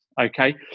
okay